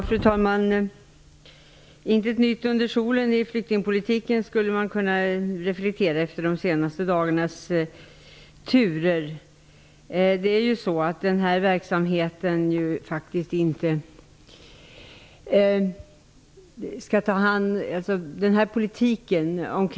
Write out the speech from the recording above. Fru talman! Efter de senaste dagarnas turer skulle man kunna säga att det inte finns något nytt under solen i flyktingpolitiken.